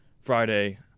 Friday